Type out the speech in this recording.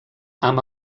amb